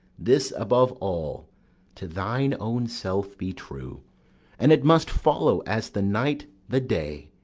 this above all to thine own self be true and it must follow, as the night the day,